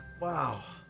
wow.